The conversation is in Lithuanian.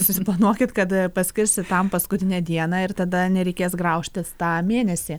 susiplanuokit kad paskirsit tam paskutinę dieną ir tada nereikės graužtis tą mėnesį